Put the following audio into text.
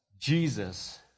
Jesus